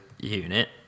unit